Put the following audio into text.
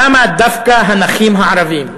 למה דווקא הנכים הערבים?